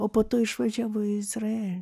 o po to išvažiavo į izraelį